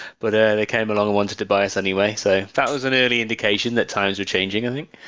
but ah they came along and want to buy us anyway. so that was an early indication that times were changing, i think.